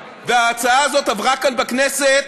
וההצעה הזאת עברה כאן בכנסת